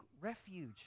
refuge